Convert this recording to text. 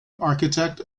architect